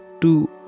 two